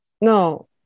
no